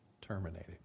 terminated